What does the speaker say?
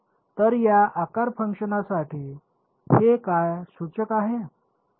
तर या आकार फंक्शनसाठी हे काय सूचक आहे